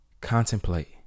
contemplate